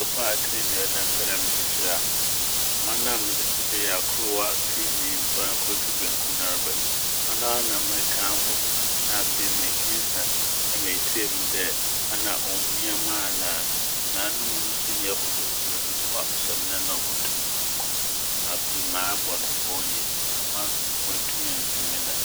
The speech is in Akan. Mehyɛ asopaatsee wie na mepɛ dɛ mekyekyer a ahoma no a medze kyekeree fii kor war fi nyimfa na kor fir bankum na ɔreba n' ɔnoara na mɛka abɔ mu na afei mekinsan na metsie mu dɛ ana ommia me anaa no mu no so yɛ wodwowodwo dodow a ɔhyɛ me nan a obotum ɔakɔ a.Afei mabɔ no pɔw yie ama oenntum emmfi me nan.